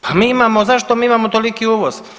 Pa mi imamo, zašto mi imamo tolik uvoz?